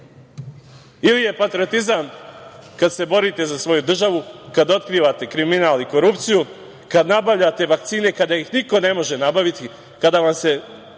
ili je patriotizam kada se borite za svoju državu, kada otkrivate kriminal i korupciju, kada nabavljate vakcine kada ih niko ne može nabaviti, kada vam se